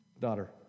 Daughter